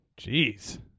Jeez